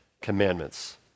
Commandments